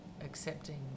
accepting